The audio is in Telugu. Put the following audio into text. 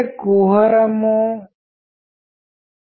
ఒక ఉదాహరణ తీసుకుందాం